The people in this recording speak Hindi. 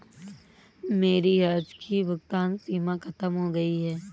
मेरी आज की भुगतान सीमा खत्म हो गई है